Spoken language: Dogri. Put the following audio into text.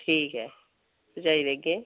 ठीक ऐ मंगवाई देगे